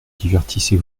divertissez